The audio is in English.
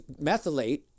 methylate